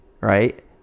right